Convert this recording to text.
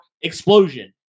explosion